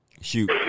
Shoot